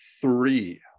three